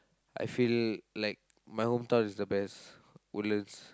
I feel like my hometown is the best Woodlands